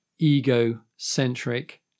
egocentric